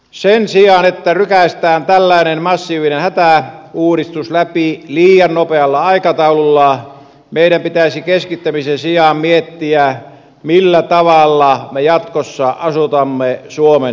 sen sijaan että rykäistään tällainen massiivinen hätäuudistus läpi liian nopealla aikataululla meidän pitäisi keskittämisen sijaan miettiä millä tavalla me jatkossa asutamme suomen syrjäseudut